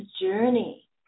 journey